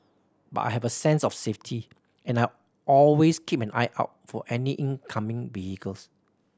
but I have a sense of safety and I always keep an eye out for any incoming vehicles